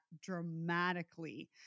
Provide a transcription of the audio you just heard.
dramatically